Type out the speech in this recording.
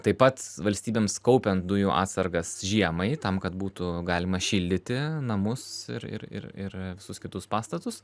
taip pat valstybėms kaupiant dujų atsargas žiemai tam kad būtų galima šildyti namus ir ir ir ir visus kitus pastatus